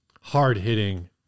Hard-hitting